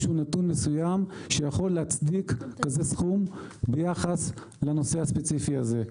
שהוא נתון מסוים שיכול להצדיק את הסכום ביחס לנושא הספציפי הזה.